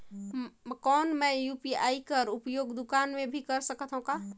कौन मै यू.पी.आई कर उपयोग दुकान मे भी कर सकथव का?